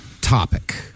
topic